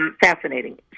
fascinating